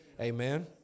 amen